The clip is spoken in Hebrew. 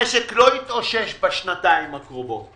המשק לא יתאושש בשנתיים הקרובות,